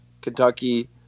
Kentucky